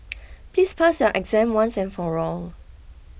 please pass your exam once and for all